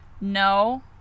No